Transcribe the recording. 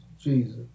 Jesus